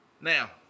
Now